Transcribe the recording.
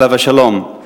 עליו השלום.